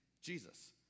Jesus